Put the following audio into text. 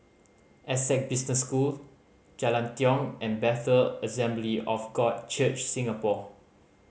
Essec Business School Jalan Tiong and Bethel Assembly of God Church Singapore